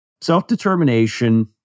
self-determination